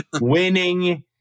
winning